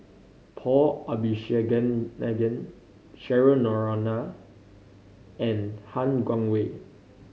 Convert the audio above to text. Paul Abisheganaden Cheryl Noronha and Han Guangwei